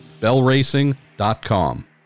bellracing.com